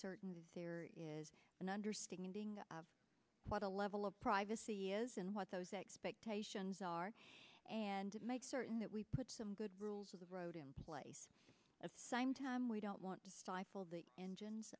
certain that there is an understanding of what the level of privacy is and what those expectations are and to make certain that we put some good rules of the road in place of the same time we don't want to stifle the engines